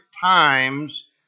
times